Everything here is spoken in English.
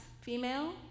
female